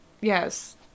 Yes